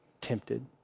tempted